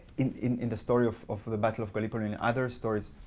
in in the story of of the battle of gallipoli, and other stories,